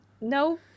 no